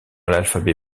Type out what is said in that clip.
l’alphabet